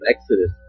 Exodus